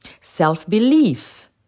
Self-belief